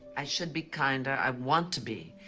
i should be kinder. i want to be,